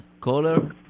caller